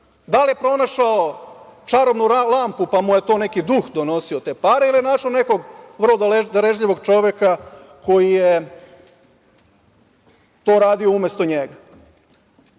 Da li je pronašao čarobnu lampu, pa mu je to neki duh donosio te pare ili je našao nekog vrlo darežljivog čoveka koji je to radio umesto njega.